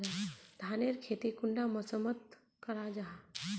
धानेर खेती कुंडा मौसम मोत करा जा?